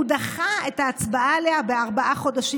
הוא דחה את ההצבעה עליה בארבעה חודשים,